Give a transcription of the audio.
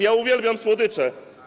Ja uwielbiam słodycze.